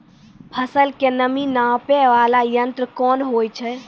फसल के नमी नापैय वाला यंत्र कोन होय छै